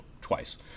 twice